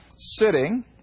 sitting